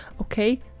Okay